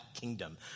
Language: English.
kingdom